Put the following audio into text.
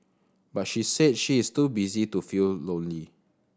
but she said she is too busy to feel lonely